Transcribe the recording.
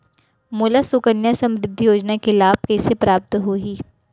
मोला सुकन्या समृद्धि योजना के लाभ कइसे प्राप्त होही?